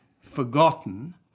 forgotten